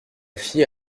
fille